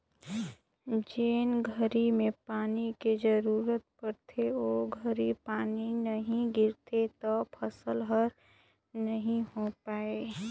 जेन घरी में पानी के जरूरत पड़थे ओ घरी पानी नई गिरथे त फसल हर नई होय पाए